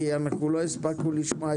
מרגי, אין לנו זמן, לא הספקנו לשמוע את כולם.